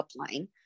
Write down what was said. upline